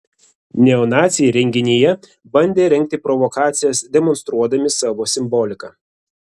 neonaciai renginyje bandė rengti provokacijas demonstruodami savo simboliką